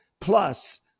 plus